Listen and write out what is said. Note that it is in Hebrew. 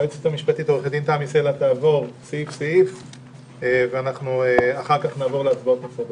היועצת המשפטית תמי סלע תעבור סעיף סעיף ואחר כך נעבור להצבעות.